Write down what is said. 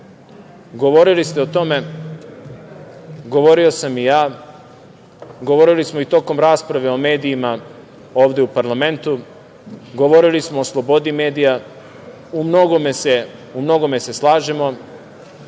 govorili ste o tome, govorio sam i ja, govorili smo i tokom rasprave o medijima ovde u parlamentu, govorili smo o slobodi medija, umnogome se slažemo,